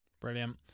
brilliant